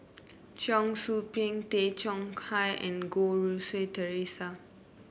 Cheong Soo Pieng Tay Chong Hai and Goh Rui Si Theresa